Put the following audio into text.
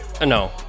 No